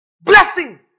Blessing